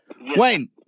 Wayne